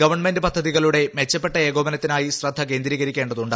government പദ്ധതികളുടെ മെച്ചപ്പെട്ട ഏകോപനത്തിനായി ശ്രദ്ധ കേന്ദ്രീകരിക്കേണ്ടതുണ്ട്